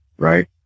Right